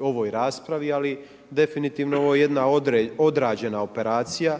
ovoj raspravi ali definitivno ovo je jedna odrađena operacija